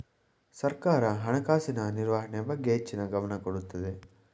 ಸರ್ಕಾರ ಹಣಕಾಸಿನ ನಿರ್ವಹಣೆ ಬಗ್ಗೆ ಹೆಚ್ಚಿನ ಗಮನ ಕೊಡುತ್ತದೆ